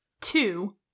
two